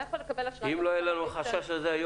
שהיה יכול לקבל אשראי --- אם לא היה לנו החשש הזה היום,